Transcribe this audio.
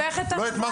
צריך להוסיף שעות.